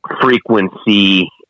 frequency